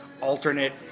alternate